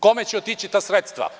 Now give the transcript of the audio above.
Kome će otići ta sredstva?